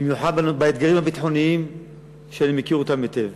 במיוחד באתגרים הביטחוניים שאני מכיר אותם היטב,